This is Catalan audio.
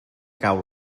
cau